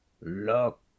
look